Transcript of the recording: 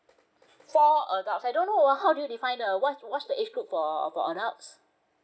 four adults I don't know ah how do you define uh what what's the age group for for adults